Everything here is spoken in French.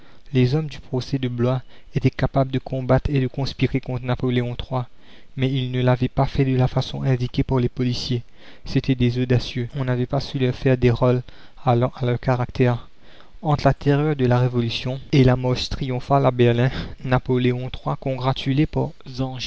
les hommes du procès de blois étaient capables de combattre et de conspirer contre napoléon iii mais ils ne l'avaient pas fait de la façon indiquée par les policiers c'étaient des audacieux on n'avait pas su leur faire des rôles allant à leur caractère entre la terreur de la révolution et la